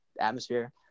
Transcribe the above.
atmosphere